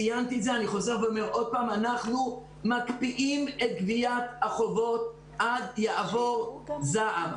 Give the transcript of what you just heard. אני חוזר ואומר שאנחנו מקפיאים את גביית החובות עד יעבור זעם,